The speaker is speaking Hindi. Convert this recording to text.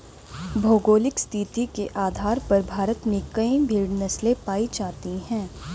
भौगोलिक स्थिति के आधार पर भारत में कई भेड़ नस्लें पाई जाती हैं